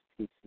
PC